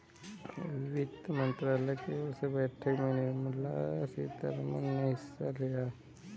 वित्त मंत्रालय की ओर से बैठक में निर्मला सीतारमन ने हिस्सा लिया